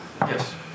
Yes